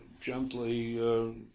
gently